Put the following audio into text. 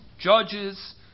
judges